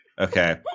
Okay